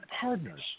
partners